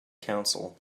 counsel